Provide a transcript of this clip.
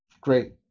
Great